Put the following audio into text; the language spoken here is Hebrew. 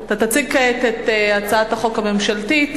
אתה תציג כעת את הצעת החוק הממשלתית.